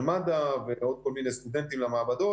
מד"א ועוד כל מיני סטודנטים למעבדות